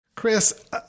Chris